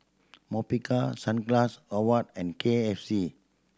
Mobike Sunglass oh what and K F C